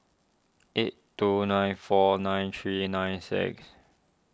eight two nine four nine three nine six